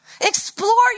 Explore